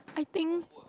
I think